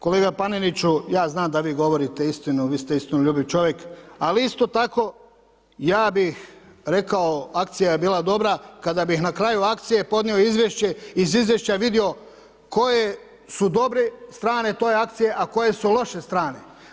Kolega Paneniću, ja znam da vi govorite istinu, vi ste istinoljubiv čovjek, ali isto tako ja bih rekao akcija je bila dobra kada bih na kraju akcije podnio izvješće, iz izvješća vidio koje su dobre strane te akcije a koje su loše strane.